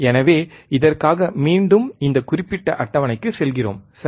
எனவே இதற்காக மீண்டும் இந்த குறிப்பிட்ட அட்டவணைக்குச் செல்கிறோம் சரி